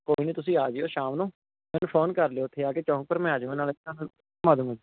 ਕੋਈ ਨਾ ਤੁਸੀਂ ਆ ਜਿਓ ਸ਼ਾਮ ਨੂੰ ਮੈਨੂੰ ਫੋਨ ਕਰ ਲਿਓ ਉੱਥੇ ਆ ਕੇ ਚੌਂਕ ਫਿਰ ਮੈਂ ਆ ਜੂਗਾ ਨਾਲੇ